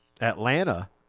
Atlanta